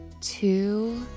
two